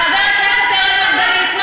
חבר הכנסת אראל מרגלית,